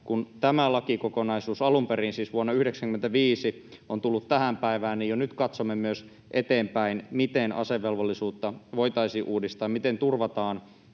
kun tämä lakikokonaisuus, alun perin siis vuodelta 95, on tullut tähän päivään, niin jo nyt katsomme myös eteenpäin, miten asevelvollisuutta voitaisiin uudistaa ja miten turvataan